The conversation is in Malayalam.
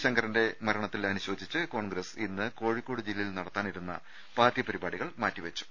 ശങ്കരന്റെ മരണത്തിൽ അനുശോചിച്ച് കോൺഗ്രസ് ഇന്ന് കോഴി ക്കോട് ജില്ലയിൽ നടത്താനിരുന്ന പാർട്ടി പരിപാടികൾ മാറ്റിവെച്ചു